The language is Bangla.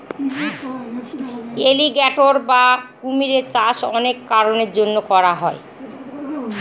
এলিগ্যাটোর বা কুমিরের চাষ অনেক কারনের জন্য করা হয়